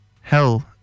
hell